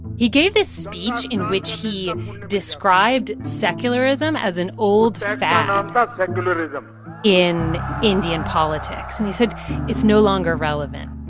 he gave this speech in which he described secularism as an old fad. um but in indian politics. and he said it's no longer relevant